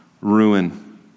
ruin